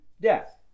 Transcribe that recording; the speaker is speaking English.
death